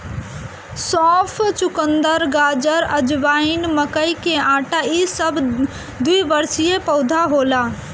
सौंफ, चुकंदर, गाजर, अजवाइन, मकई के आटा इ सब द्विवर्षी पौधा होला